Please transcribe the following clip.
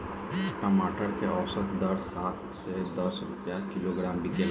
टमाटर के औसत दर सात से दस रुपया किलोग्राम बिकला?